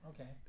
Okay